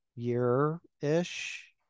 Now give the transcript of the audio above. year-ish